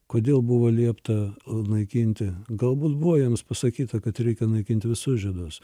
kodėl buvo liepta naikinti galbūt buvo jiems pasakyta kad reikia naikinti visus žydus